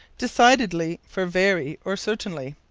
decidedly for very, or certainly.